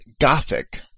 Gothic